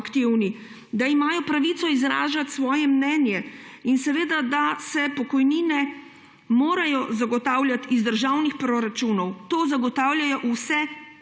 aktivni, da imajo pravico izražati svoje mnenje; in da se morajo pokojnine zagotavljati iz državnih proračunov. To zagotavljajo vse